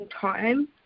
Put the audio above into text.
time